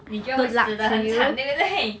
你觉得我会死得很惨对不对